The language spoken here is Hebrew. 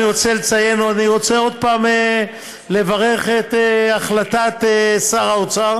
אני רוצה עוד פעם לברך על החלטת שר האוצר,